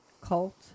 cult